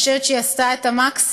אני חושבת שהיא עשתה את המקסימום.